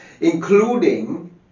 including